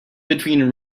between